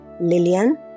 Lillian